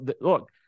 look